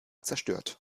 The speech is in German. zerstört